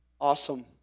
awesome